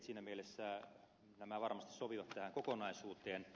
siinä mielessä nämä varmasti sopivat tähän kokonaisuuteen